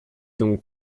donc